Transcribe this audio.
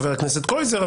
חבר הכנסת קרויזר.